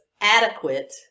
adequate